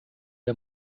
der